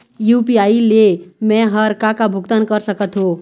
UPI ले मे हर का का भुगतान कर सकत हो?